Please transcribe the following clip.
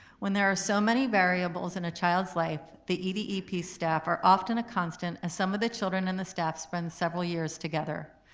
when there are so many variables in a child's life, the edep staff are often a constant and some of the children and the staff spend several years together.